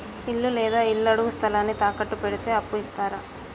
ఇల్లు లేదా ఇళ్లడుగు స్థలాన్ని తాకట్టు పెడితే అప్పు ఇత్తరా?